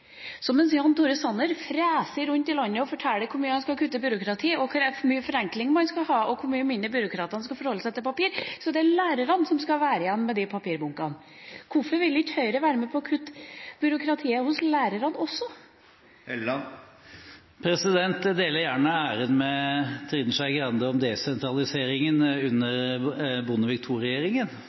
Så mens Jan Tore Sanner freser rundt i landet og forteller hvor mye han skal kutte i byråkratiet, hvor mye forenkling man skal ha og hvor mye mindre byråkratene skal måtte forholde seg til papir, er det lærerne som blir sittende igjen med papirbunkene. Hvorfor vil ikke Høyre være med på å kutte byråkratiet hos lærerne også? Jeg deler gjerne æren med Trine Skei Grande om desentraliseringen under Bondevik